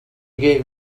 gave